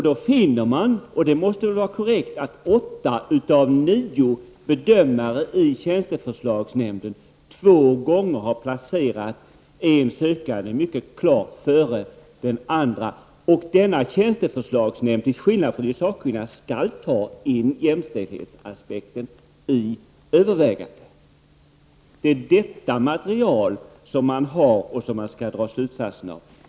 Då finner man — och det är väl korrekt — att åtta av nio bedömare i tjänsteförslagsnämnden två gånger har placerat en sökande mycket klart före en annan sökande, Tjänsteförslagsnämnden skall, till skillnad från de sakkunniga, ta med jämställdhetsaspekten i sitt övervägande. Det är utifrån det material som man har som man skall dra slutsatser.